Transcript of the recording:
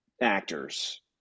actors